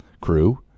crew